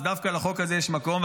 אז דווקא לחוק הזה יש מקום,